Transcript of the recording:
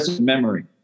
memory